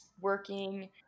working